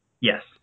Yes